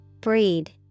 Breed